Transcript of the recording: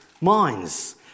minds